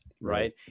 Right